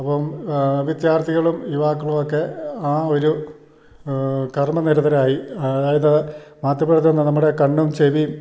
അപ്പം വിദ്യാർത്ഥികളും യുവാക്കളും ഒക്കെ ആ ഒരു കർമ്മനിരതരായി അതായത് മാധ്യപ്രവർത്തനം എന്ന നമ്മുടെ കണ്ണും ചെവിയും